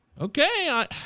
Okay